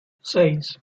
seis